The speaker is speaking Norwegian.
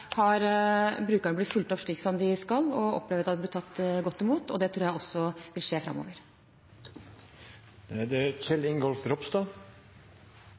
har brukerne blitt fulgt opp slik de skal, og har opplevd å bli tatt godt imot, og det tror jeg også vil skje framover.